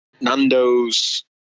Nando's